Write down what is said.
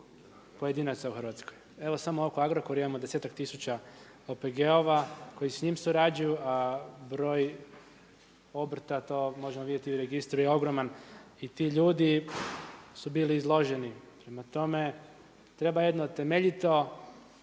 pojedinaca u Hrvatskoj. Evo samo oko Agrokora imamo 10-ak tisuća OPG-ova koji s njim surađuju a broj obrta, to možemo vidjeti i u registru je ogroman i ti ljudi su bili izloženi. Prema tome, treba jedno temeljito